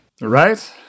Right